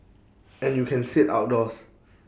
and you can sit outdoors